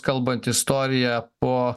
kalbant istoriją po